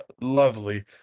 lovely